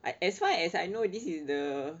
I as far as I know this is the